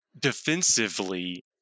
defensively